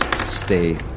Stay